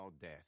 death